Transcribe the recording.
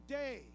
day